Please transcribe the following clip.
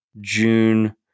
June